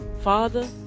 father